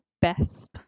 best